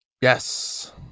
Yes